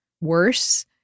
worse